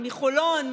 מחולון,